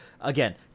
again